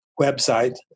website